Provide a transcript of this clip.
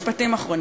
משפטים אחרונים.